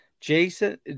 Jason